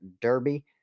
Derby